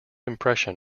impression